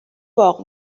واق